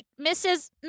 Mrs